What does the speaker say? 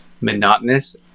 Monotonous